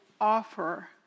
offer